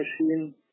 machine